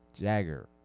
Jagger